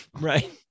Right